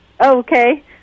Okay